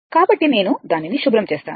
కాబట్టి నేను దానిని శుభ్రం చేస్తాను